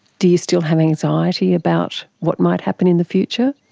do you still have anxiety about what might happen in the future?